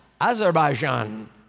Azerbaijan